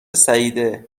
سعیده